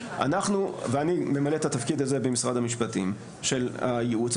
אני ממלא את התפקיד הזה במשרד המשפטים, של הייעוץ.